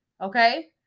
Okay